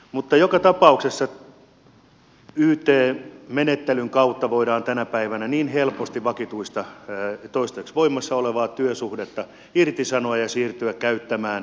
mutta joka tapauksessa yt menettelyn kautta voidaan tänä päivänä niin helposti toistaiseksi voimassa oleva työsuhde irtisanoa ja siirtyä käyttämään vuokratyövoimaa